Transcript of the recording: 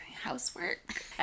housework